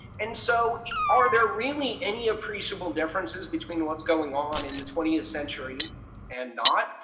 and so are there really any appreciable differences between what's going on in the twentieth century and not?